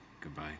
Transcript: goodbye